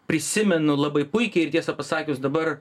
prisimenu labai puikiai ir tiesą pasakius dabar